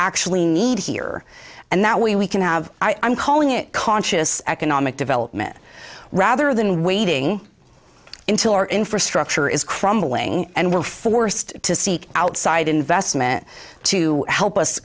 actually need here and that we we can have i'm calling it conscious economic development rather than waiting until our infrastructure is crumbling and we're forced to seek outside investment to help us